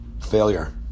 failure